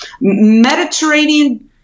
Mediterranean